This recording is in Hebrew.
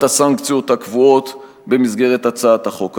הסנקציות הקבועות במסגרת הצעת החוק הזו.